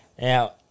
now